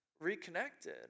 reconnected